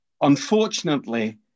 unfortunately